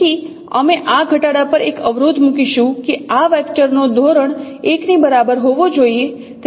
તેથી અમે આ ઘટાડા પર એક અવરોધ મૂકીશું કે આ વેક્ટરનો ધોરણ 1 ની બરાબર હોવો જોઈએ